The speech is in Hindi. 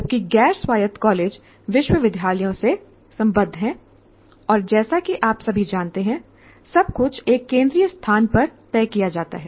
जबकि गैर स्वायत्त कॉलेज विश्वविद्यालयों से संबद्ध हैं और जैसा कि आप सभी जानते हैं सब कुछ एक केंद्रीय स्थान पर तय किया जाता है